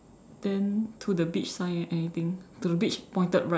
then to the beach sign eh anything to the beach pointed right